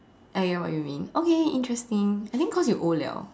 I get what you mean okay interesting I think cause you old liao